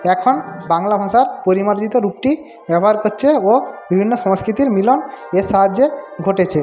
এখন বাংলা ভাষার পরিমার্জিত রূপটি ব্যবহার করচে ও বিভিন্ন সংস্কৃতির মিলন এর সাহায্যে ঘটেছে